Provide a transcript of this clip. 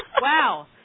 Wow